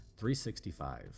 365